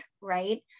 right